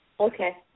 Okay